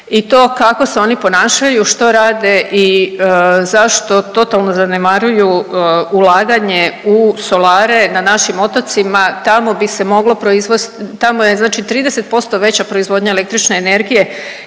i to kako se oni ponašaju, što rade i zašto totalno zanemaruju ulaganje u solare na našim otocima, tamo bi se moglo proizvost, tamo je